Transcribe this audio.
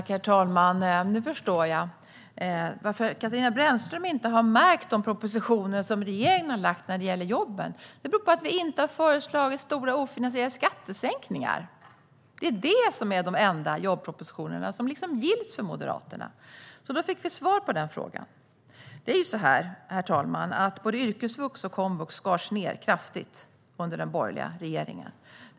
Herr talman! Nu förstår jag varför Katarina Brännström inte har lagt märke till de propositioner som regeringen har lagt fram om jobben. Det beror på att vi inte har föreslagit stora ofinansierade skattesänkningar. De är de enda jobbpropositionerna som liksom gills för Moderaterna. Då fick vi svar på den frågan. Herr talman! Både yrkesvux och komvux skars ned kraftigt under den borgerliga regeringen.